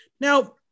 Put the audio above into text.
Now